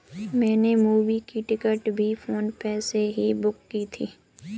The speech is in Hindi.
मैंने मूवी की टिकट भी फोन पे से ही बुक की थी